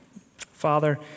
Father